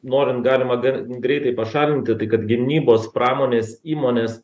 norint galima gan greitai pašalinti tai kad gynybos pramonės įmonės